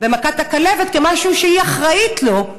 במכת הכלבת כמשהו שהיא אחראית לו,